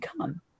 come